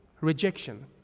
Rejection